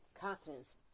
confidence